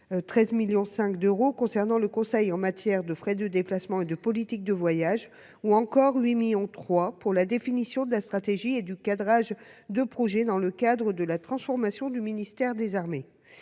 13,5 millions d'euros pour des conseils en matière de frais de déplacement et de politique de voyage ou encore de 8,3 millions d'euros pour la définition de la stratégie et le cadrage de projets à l'occasion de la transformation du ministère des armées.